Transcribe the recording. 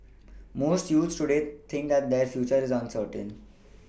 most youths today think that their future is uncertain